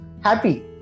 happy